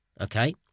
okay